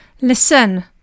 Listen